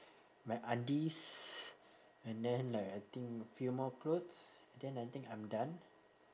my undies and then like I think a few more clothes then I think I'm done